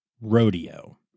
rodeo